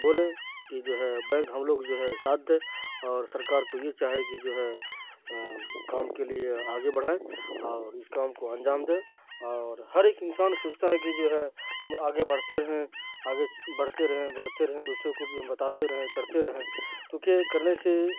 بولیں کہ جو ہے بینک ہم لوگ جو ہے ساتھ دے اور سرکار کو یہ چاہے کہ جو ہے کام کے لیے آگے بڑھائیں اور اس کام کو انجام دیں اور ہر ایک انسان سوچتا ہے کہ جو ہے ہم آگے بڑھتے رہیں آگے بڑھتے رہیں بڑھتے رہیں دوسروں کو بھی ہم بتاتے رہیں کرتے رہیں چونکہ کرنے سے